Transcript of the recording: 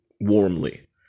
warmly